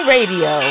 Radio